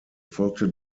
folgte